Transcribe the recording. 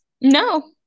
No